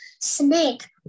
snake